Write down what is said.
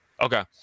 Okay